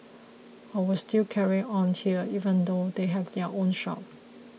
I will still carry on here even though they have their own shop